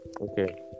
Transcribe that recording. Okay